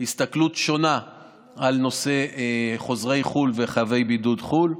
הסתכלות שונה על נושא חוזרי חו"ל וחייבי בידוד חו"ל,